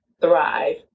Thrive